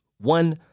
one